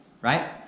right